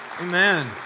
Amen